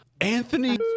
Anthony